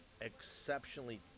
Exceptionally